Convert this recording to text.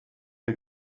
der